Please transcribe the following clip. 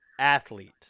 athlete